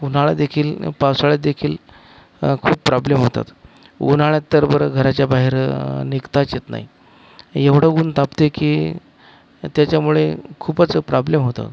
उन्हाळादेखील पावसाळ्यातदेखील खूप प्रॉब्लेम होतात उन्हाळ्यात तर बरं घराच्या बाहेर निघताच येत नाही एवढं ऊन तापतं आहे की त्याच्यामुळे खूपच प्रॉब्लेम होतो